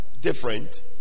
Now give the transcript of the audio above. Different